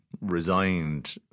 resigned